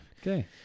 Okay